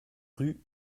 rue